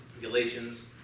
Galatians